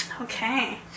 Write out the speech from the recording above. okay